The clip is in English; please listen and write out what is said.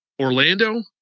Orlando